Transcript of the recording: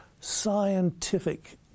scientific